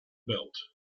belt